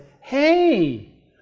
Hey